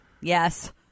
Yes